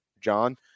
John